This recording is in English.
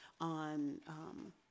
on